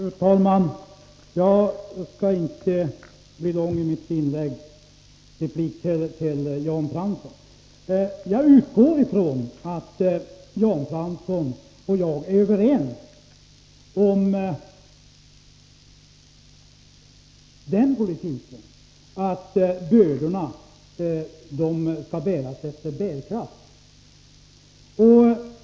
Fru talman! Jag skall inte bli långrandig i mitt inlägg. Jag utgår från att Jan Fransson och jag är överens om principen att bördorna skall fördelas efter bärkraft.